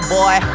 boy